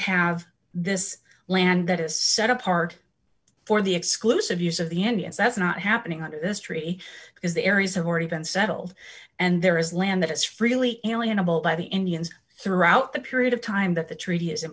have this land that is set apart for the exclusive use of the indians that's not happening under this tree because the areas have already been settled and there is land that is freely alien about by the indians throughout the period of time that the treaty is in